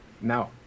No